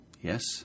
Yes